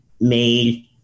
made